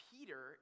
Peter